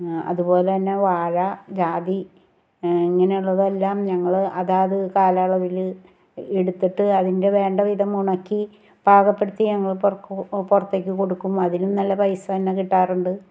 അതുപോലെ തന്നെ വാഴ ജാതി ഇങ്ങനെയുള്ളതെല്ലാം ഞങ്ങൾ അതാത് കാലയളവിൽ എടുത്തിട്ട് അതിൻ്റെ വേണ്ട വിധം ഉണക്കി പാകപെടുത്തി ഞങ്ങൾ പോർ പുറത്തേക്ക് കൊടുക്കും അതിനും നല്ല പൈസ തന്നെ കിട്ടാറുണ്ട്